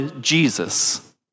Jesus